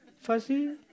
fuzzy